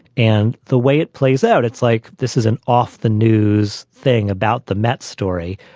and the way it plays out, it's like this is an off the news thing about the mets story,